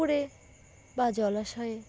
পুকুরে বা জলাশয়ে